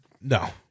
No